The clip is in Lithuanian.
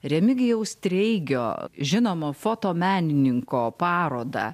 remigijaus treigio žinomo fotomenininko parodą